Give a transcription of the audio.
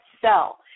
sell